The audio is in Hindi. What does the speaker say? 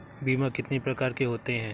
बीमा कितनी प्रकार के होते हैं?